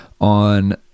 on